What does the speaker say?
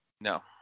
No